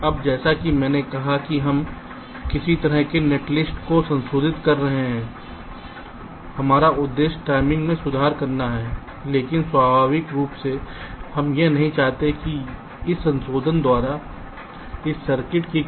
अब जैसा कि मैंने कहा कि हम किसी तरह से नेटलिस्ट को संशोधित कर रहे हैं हमारा उद्देश्य टाइमिंग में सुधार करना है लेकिन स्वाभाविक रूप से हम यह नहीं चाहते हैं कि इस संशोधन द्वारा इस सर्किट की कार्यक्षमता को बदलना चाहिए जिसे संशोधित नहीं किया जा सके